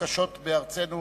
קשות בארצנו,